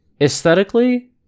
aesthetically